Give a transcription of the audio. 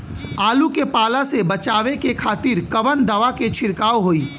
आलू के पाला से बचावे के खातिर कवन दवा के छिड़काव होई?